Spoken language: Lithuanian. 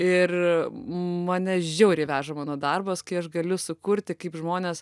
ir mane žiauriai veža mano darbas kai aš galiu sukurti kaip žmonės